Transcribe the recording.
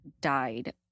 died